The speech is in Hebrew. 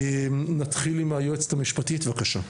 נתחיל עם היועצת המשפטית, בבקשה.